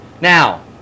Now